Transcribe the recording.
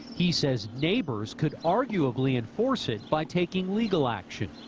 he says neighbors could arguably enforce it by taking legal action.